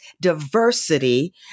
diversity